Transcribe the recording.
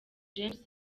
james